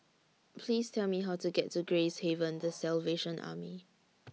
Please Tell Me How to get to Gracehaven The Salvation Army